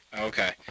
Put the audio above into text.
Okay